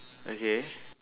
okay